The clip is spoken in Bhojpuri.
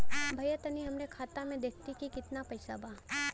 भईया तनि हमरे खाता में देखती की कितना पइसा बा?